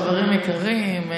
חברים יקרים,